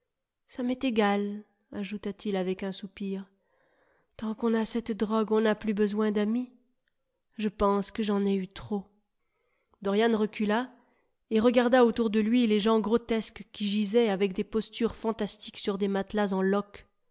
ça m'est égal ajouta-t-il avec un soupir tant qu'on a cette drogue on n'a plus besoin d'amis je pense que j'en ai eu trop dorian recula et regarda autour de lui les gens grotesques qui gisaient avec des postures fantastiques sur des matelas en